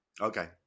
Okay